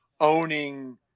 owning